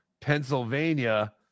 Pennsylvania